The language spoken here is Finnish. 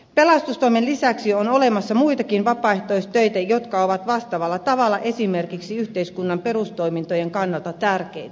pelastustoimen lisäksi on olemassa muitakin vapaaehtoistöitä jotka ovat vastaavalla tavalla esimerkiksi yhteiskunnan perustoimintojen kannalta tärkeitä